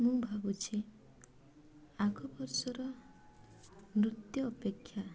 ମୁଁ ଭାବୁଛି ଆଗ ବର୍ଷର ନୃତ୍ୟ ଅପେକ୍ଷା